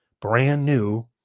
brand-new